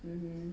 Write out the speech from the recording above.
mmhmm